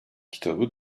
kitabı